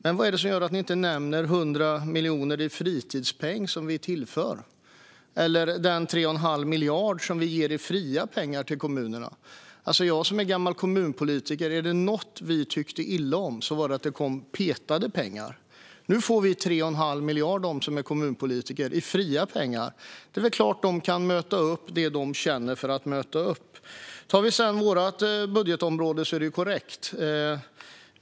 Men varför nämner ni inte de 100 miljoner i fritidspeng vi tillför, eller de 3,5 miljarder vi ger i fria pengar till kommunerna? Jag är gammal kommunpolitiker, och är det något vi tycker illa om så är det pekade pengar. Nu får kommunerna 3,5 miljarder i fria pengar, och då kan de möta de behov de känner för att möta. Vad gäller vårt budgetområde är det korrekt.